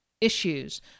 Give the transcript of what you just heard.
issues